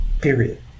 period